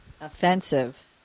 Offensive